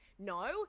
No